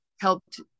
helped